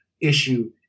issue